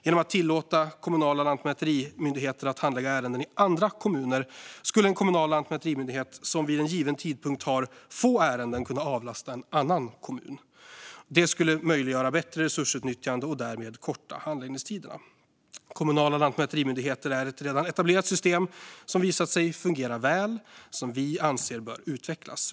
Genom att tillåta kommunala lantmäterimyndigheter att handlägga ärenden i andra kommuner skulle en kommunal lantmäterimyndighet som vid en given tidpunkt har få ärenden kunna avlasta en annan kommun. Det skulle möjliggöra ett bättre resursutnyttjande och därmed kortare handläggningstider. Kommunala lantmäterimyndigheter är ett redan etablerat system som visat sig fungera väl och som vi anser bör utvecklas.